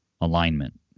alignment